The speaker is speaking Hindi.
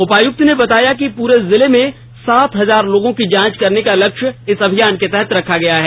उपायुक्त ने बताया कि पूरे जिले में सात हजार लोगों की जांच करने का लक्ष्य इस अभियान के तहत रखा गया है